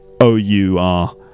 O-U-R